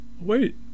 Wait